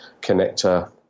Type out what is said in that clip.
connector